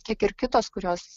kiek ir kitos kurios